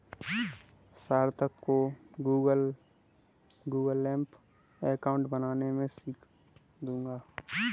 सार्थक को Google Pay account बनाना मैं सीखा दूंगा